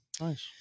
nice